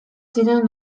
ziren